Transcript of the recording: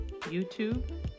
YouTube